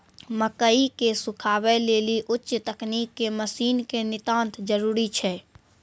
मकई के सुखावे लेली उच्च तकनीक के मसीन के नितांत जरूरी छैय?